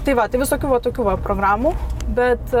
tai va tai visokių va tokių va programų bet